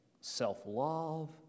self-love